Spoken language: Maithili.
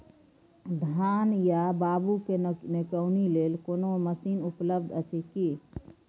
धान या बाबू के निकौनी लेल कोनो मसीन उपलब्ध अछि की?